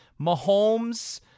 Mahomes